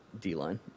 D-line